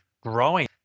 growing